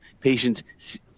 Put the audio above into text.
patients